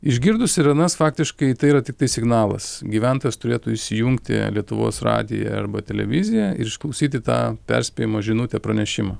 išgirdus sirenas faktiškai tai yra tiktai signalas gyventojas turėtų įsijungti lietuvos radiją arba televiziją ir išklausyti tą perspėjimo žinutę pranešimą